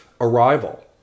Arrival